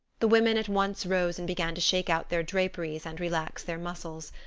the women at once rose and began to shake out their draperies and relax their muscles.